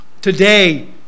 today